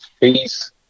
Peace